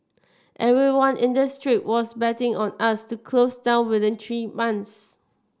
everyone in this street was betting on us to close down within three months